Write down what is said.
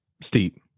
Steep